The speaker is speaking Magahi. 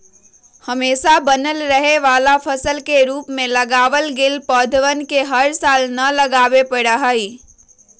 हमेशा बनल रहे वाला फसल के रूप में लगावल गैल पौधवन के हर साल न लगावे पड़ा हई